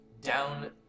down